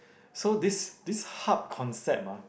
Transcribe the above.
so this this hub concept ah